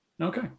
okay